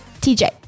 TJ